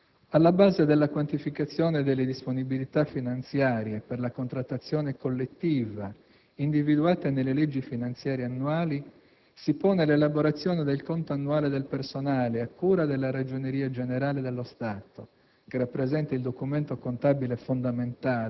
Alla base della quantificazione delle disponibilità finanziarie per la contrattazione collettiva, individuate nelle leggi finanziarie annuali, si pone l'elaborazione del conto annuale del personale, a cura della Ragioneria generale dello Stato,